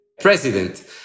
president